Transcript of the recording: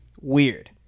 Weird